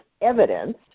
evidence